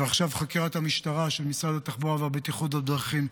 ועכשיו חקירת המשטרה של משרד התחבורה והבטיחות בדרכים,